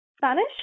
Spanish